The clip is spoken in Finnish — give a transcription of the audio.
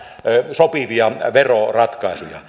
sopivia veroratkaisuja